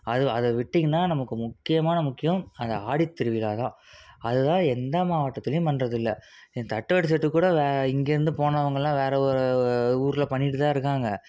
அது அதை விட்டிங்கன்னா நமக்கு முக்கியமான முக்கியம் அந்த ஆடி திருவிழாதான் அதுதான் எந்த மாவட்டத்துலேயும் பண்ணுறதில்ல இந்த தட்டுவடை செட்டுக்கூட வ இங்கேயிருந்து போனவங்கெல்லாம் வேறு ஒரு ஊரில் பண்ணிகிட்டுதான் இருக்காங்க